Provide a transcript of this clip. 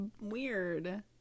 weird